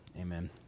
amen